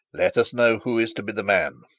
let us know who is to be the man.